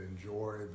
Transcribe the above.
enjoy